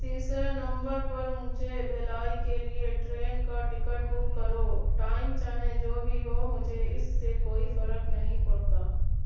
تیسرے نمبر پر مجھے بھیلائی کے لیے ٹرین کا ٹکٹ بک کرو ٹائم چاہیں جو بھی ہو مجھے اس سے کوئی فرق نہیں پڑتا